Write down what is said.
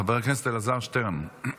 חבר הכנסת אלעזר שטרן.